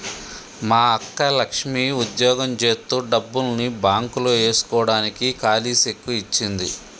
మా అక్క లక్ష్మి ఉద్యోగం జేత్తు డబ్బుల్ని బాంక్ లో ఏస్కోడానికి కాలీ సెక్కు ఇచ్చింది